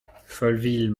folleville